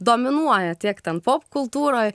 dominuoja tiek ten popkultūroj